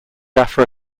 afro